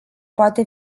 poate